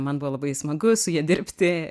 man buvo labai smagu su ja dirbti